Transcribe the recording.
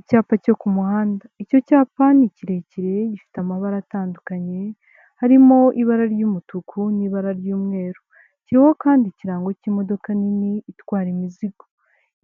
Icyapa cyo ku muhanda. Icyo cyapa ni kirekire gifite amabara atandukanye harimo ibara ry'umutuku n'ibara ry'umweru, kiriho kandi ikirango cy'imodoka nini itwara imizigo,